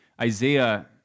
Isaiah